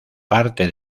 parte